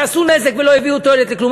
שעשו נזק ולא הביאו תועלת לכלום.